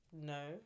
No